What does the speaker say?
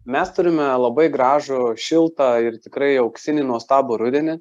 mes turime labai gražų šiltą ir tikrai auksinį nuostabų rudenį